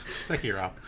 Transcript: Sekiro